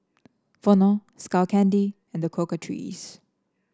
Vono Skull Candy and The Cocoa Trees